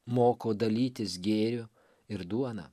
moko dalytis gėrio ir duona